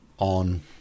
On